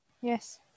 Yes